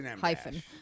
hyphen